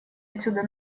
отсюда